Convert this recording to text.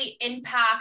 impact